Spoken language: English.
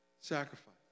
sacrifice